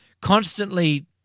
constantly